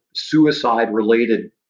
Suicide-related